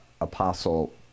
apostle